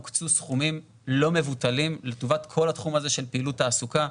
הוקצו סכומים לא מבוטלים לטובת כל התחום הזה של פעילות תעסוקה,